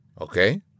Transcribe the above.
Okay